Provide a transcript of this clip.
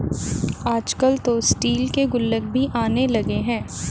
आजकल तो स्टील के गुल्लक भी आने लगे हैं